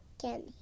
candy